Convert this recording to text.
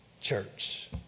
church